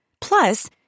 Plus